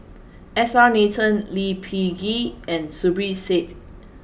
S R Nathan Lee Peh Gee and Zubir Said